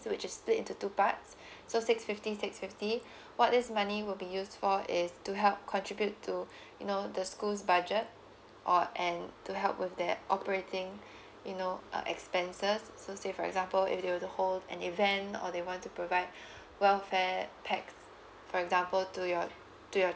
so which is split into two parts so six fifty six fifty what this money will be used for is to help contribute to you know the school's budget or and to help with their operating you know uh expenses so say for example if they were to hold an event or they want to provide welfare packs for example to your to your